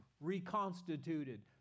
reconstituted